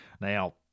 Now